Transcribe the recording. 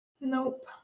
Nope